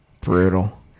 brutal